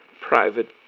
private